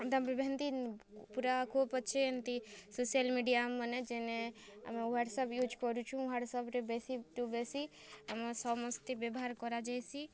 ତାପରେ ବି ହେନ୍ତି ପୁରା ଖୁବ୍ ଅଛେ ଏମିତି ସୋସିଆଲ ମିଡ଼ିଆ ମାନେ ଯେନ ଆମେ ହ୍ୱାଟସପ୍ ଇୟୁଜ କରୁଛୁ ହ୍ୱାଟ୍ସପ୍ରେ ବେଶୀ ଠୁ ବେଶୀ ଆମେ ସମସ୍ତେ ବ୍ୟବହାର କରାଯାଇସି